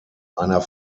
einer